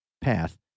path